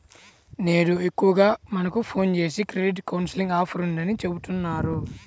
నేడు ఎక్కువగా మనకు ఫోన్ జేసి క్రెడిట్ కౌన్సిలింగ్ ఆఫర్ ఉందని చెబుతా ఉంటన్నారు